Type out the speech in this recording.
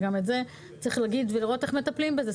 וצריך לראות איך מטפלים בזה.